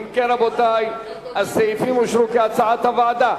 אם כן, רבותי, הסעיפים אושרו כהצעת הוועדה.